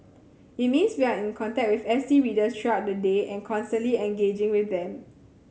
it means we are in contact with S T readers throughout the day and constantly engaging with them